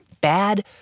bad